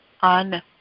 on